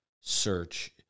search